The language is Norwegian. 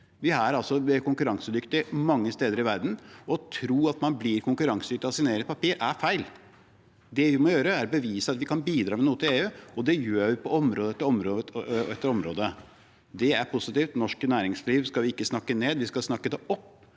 Vi er konkurransedyktige mange steder i verden. Å tro at man blir konkurransedyktig av å signere et papir, er feil. Det vi må gjøre, er å bevise at vi kan bidra med noe til EU, og det gjør vi på område etter område etter område. Det er positivt. Norsk næringsliv skal vi ikke snakke ned. Vi skal snakke det opp